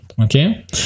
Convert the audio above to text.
Okay